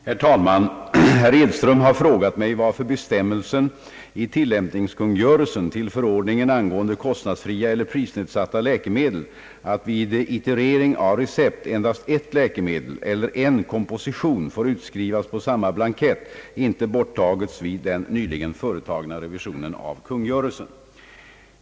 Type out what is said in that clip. Herr talman! Herr Edström har frågat mig varför bestämmelsen i tillämpningskungörelsen till förordningen angående kostnadsfria eller prisnedsatta läkemedel att vid iterering av recept endast ett läkemedel eller en komposition får utskrivas på samma blankett inte borttagits vid den nyligen företagna revisionen av kungörelsen.